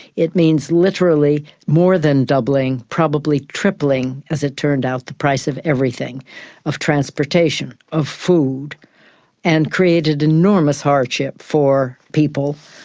it means literally more than doubling probably tripling, as it turned out the price of everything of transportation, of food and created enormous hardship for people,